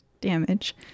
damage